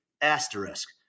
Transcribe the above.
asterisk